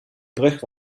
brug